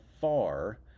far